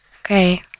okay